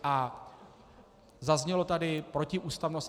A zaznělo tady protiústavnost atd.